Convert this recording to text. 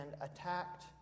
attacked